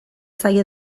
zaie